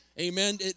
Amen